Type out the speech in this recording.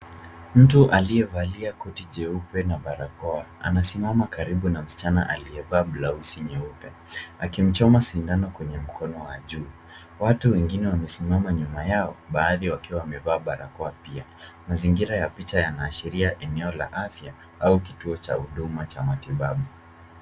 Mtu aliyevalia koti jeupe na barakoa anasimama karibu na msichana aliyevaa blausi nyeupe akimchoma sindano kwenye mkono wa juu. Watu wengine wamesimama nyuma yao baadhi wakiwa wamevaa barakoa pia. Mazingira ya picha yanaashiria eneo la afya au kituo cha huduma cha matibabu.